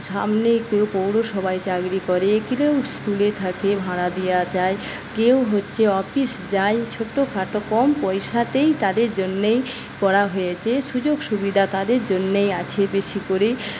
সামনেই কেউ পৌরসভায় চাকরি করে কেউ স্কুলে থাকে ভাড়া দেওয়া যায় কেউ হচ্ছে অফিস যায় ছোটো খাটো কম পয়সাতেই তাদের জন্যেই করা হয়েছে সুযোগ সুবিধা তাদের জন্যই আছে বেশী করে